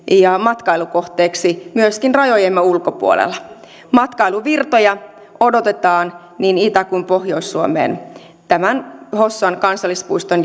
ja matkailukohteeksi myöskin rajojemme ulkopuolella matkailuvirtoja odotetaan niin itä kuin pohjois suomeen tämän hossan kansallispuiston